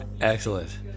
Excellent